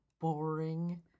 boring